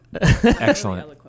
Excellent